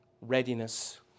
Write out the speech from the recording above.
readiness